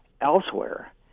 elsewhere